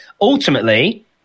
ultimately